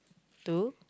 two